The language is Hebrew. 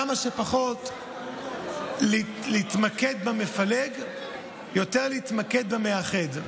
כמה שפחות להתמקד במפלג, יותר להתמקד במאחד.